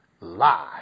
lie